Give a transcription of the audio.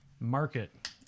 market